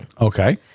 Okay